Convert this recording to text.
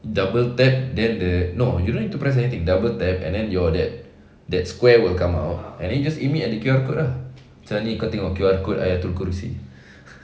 double tap then the no you don't need to press anything double tap and then your that that square will come out and you just aim it at the Q_R code ah macam ni kau tengok Q_R ayatul kursi